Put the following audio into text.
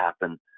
happen